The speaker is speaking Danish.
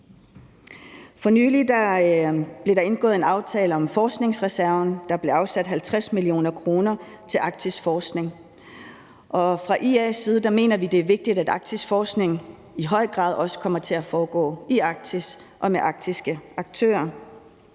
For nylig blev der indgået en aftale om forskningsreserven. Der blev afsat 50 mio. kr. til arktisk forskning, og fra IA's side mener vi, at det er vigtigt, at arktisk forskning i høj grad også kommer til at foregå i Arktis og med arktiske aktører.